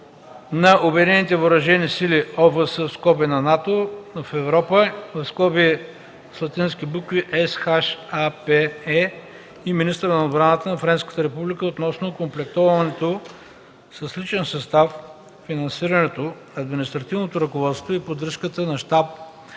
на Обединените въоръжени сили (ОВС) на НАТО в Европа (SHAPE) и министъра на отбраната на Френската република относно окомплектоването с личен състав, финансирането, административното ръководство и поддръжката на щаб